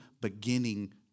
beginning